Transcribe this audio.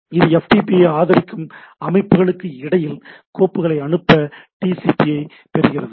இது எஃப்டிபி ஐ ஆதரிக்கும் அமைப்புகளுக்கு இடையில் கோப்புகளை அனுப்ப டிசிபிஐப் பயன்படுத்துகிறது